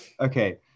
Okay